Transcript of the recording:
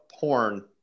porn